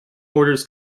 orders